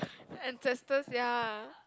ancestors ya